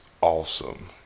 awesome